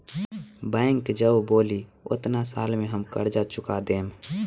bank जब बोली ओतना साल में हम कर्जा चूका देम